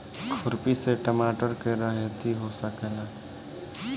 खुरपी से टमाटर के रहेती हो सकेला?